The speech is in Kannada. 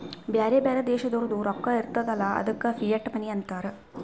ಬ್ಯಾರೆ ಬ್ಯಾರೆ ದೇಶದೋರ್ದು ರೊಕ್ಕಾ ಇರ್ತಾವ್ ಅಲ್ಲ ಅದ್ದುಕ ಫಿಯಟ್ ಮನಿ ಅಂತಾರ್